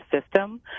system